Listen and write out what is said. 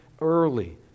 early